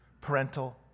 parental